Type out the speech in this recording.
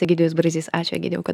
egidijus brazys ačiū egidijau kad